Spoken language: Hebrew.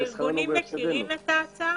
הארגונים מכירים את ההצעה?